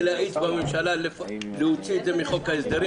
להאיץ בממשלה להוציא את זה מחוק ההסדרים,